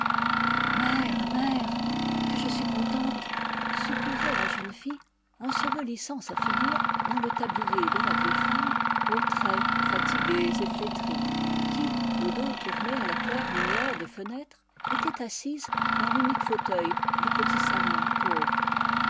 ère mère que je suis contente soupirait la jeune fille ensevelissant sa ligure dans le tablier de la vieille femme aux traits fatigués et flétris qui le dos tourné à la claire lumière des fenêtres était assise dans tunique fauteuil du petit salon pauvre